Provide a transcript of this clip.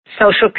social